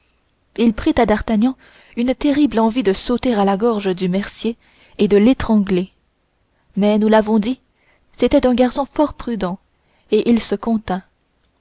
il prit à d'artagnan une terrible envie de sauter à la gorge du mercier et de l'étrangler mais nous l'avons dit c'était un garçon fort prudent et il se contint